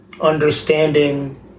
understanding